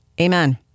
Amen